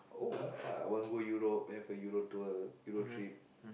uh I want go Europe have a Euro tour Euro trip